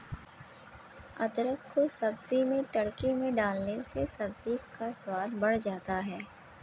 अदरक को सब्जी में तड़के में डालने से सब्जी का स्वाद बढ़ जाता है